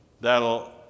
that'll